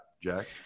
jack